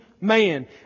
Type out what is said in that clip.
man